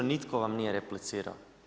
Nitko vam nije replicirao.